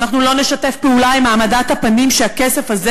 ואנחנו לא נשתף פעולה עם העמדת הפנים שהכסף הזה